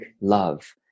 love